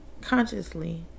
consciously